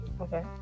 Okay